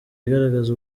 igaragaza